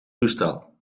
toestel